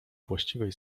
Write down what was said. właściwej